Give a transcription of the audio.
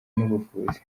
n’ubuvuzi